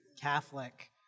Catholic